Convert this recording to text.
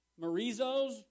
marizos